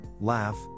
laugh